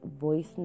voice